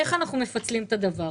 איך אנחנו מפצלים את הדבר.